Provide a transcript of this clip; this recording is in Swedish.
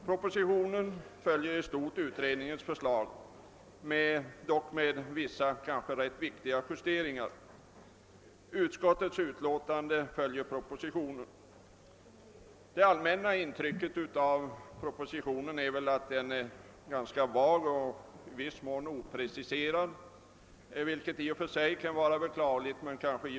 Propositionen följer i stort sett utredningens förslag, dock med vissa, kanske rätt viktiga justeringar. Utskottets utlåtande följer propositionen. Det allmänna intrycket av propositionen är väl att den är ganska vag och i viss mån opreciserad, vilket i och för sig kan vara beklagligt men förståeligt.